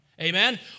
amen